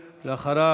פה,